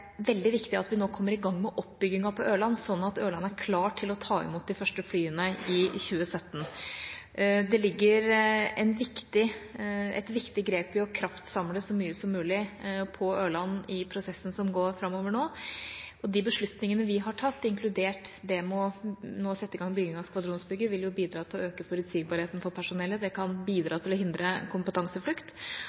veldig viktig at vi nå kommer i gang med oppbyggingen på Ørland, sånn at Ørland er klar til å ta imot de første flyene i 2017. Det ligger et viktig grep i å kraftsamle så mye som mulig på Ørland i prosessen som går framover nå, og de beslutningene vi har tatt, inkludert den med å sette i gang bygging av skvadronsbygget, vil bidra til å øke forutsigbarheten for personellet. Det kan bidra til å hindre kompetanseflukt